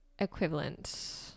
equivalent